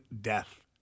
death